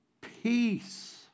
peace